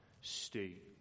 state